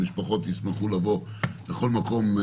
המשפחות ישמחו לבוא לכל מקום,